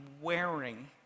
wearing